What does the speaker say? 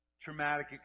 traumatic